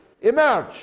emerge